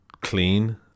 clean